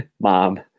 Mom